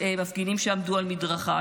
של מפגינים שעמדו על מדרכה,